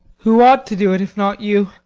who ought to do it if not you?